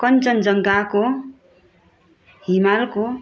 कञ्चनजङ्घाको हिमालको